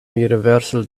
universal